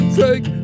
take